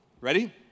Ready